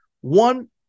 One